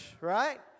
right